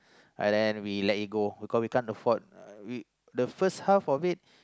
but then we let it go cause we can't afford uh the first half of it